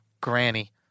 granny